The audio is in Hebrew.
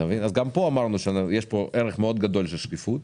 גם פה, אמרנו שיש ערך מאוד גדול של שקיפות.